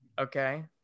Okay